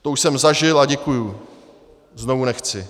To už jsem zažil a děkuju, znovu nechci.